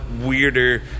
weirder